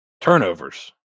turnovers